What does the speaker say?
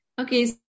Okay